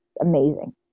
Amazing